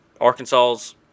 Arkansas's